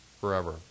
forever